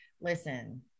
listen